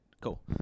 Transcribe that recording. cool